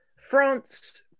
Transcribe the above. france